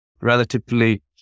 relatively